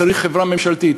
צריך חברה ממשלתית.